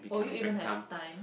will you even have time